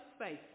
space